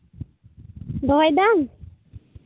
ᱫᱚᱦᱚᱭᱫᱟᱢ